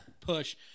push